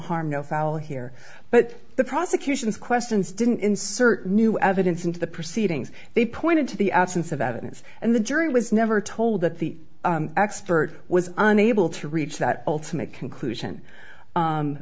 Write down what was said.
harm no foul here but the prosecution's questions didn't insert new evidence into the proceedings they pointed to the absence of evidence and the jury was never told that the expert was unable to reach that ultimate conclusion